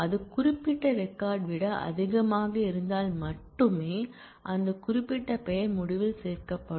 அது குறிப்பிட்ட ரெக்கார்ட் விட அதிகமாக இருந்தால் மட்டுமே அந்த குறிப்பிட்ட பெயர் முடிவில் சேர்க்கப்படும்